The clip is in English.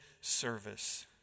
service